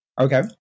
Okay